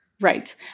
Right